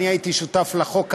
הייתי שותף לחוק הזה,